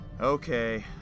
Okay